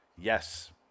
Yes